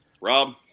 Rob